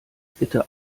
bitte